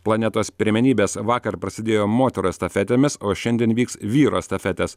planetos pirmenybės vakar prasidėjo moterų estafetėmis o šiandien vyks vyrų estafetės